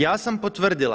Ja sam potvrdila.